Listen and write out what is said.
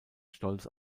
stolz